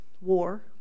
war